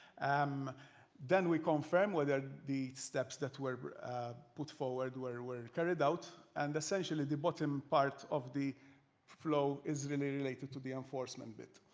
um then we confirm the the steps that were put forward, were were carried out. and essentially the bottom part of the flow is really related to the enforcement bit,